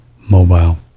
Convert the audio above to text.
mobile